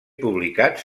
publicats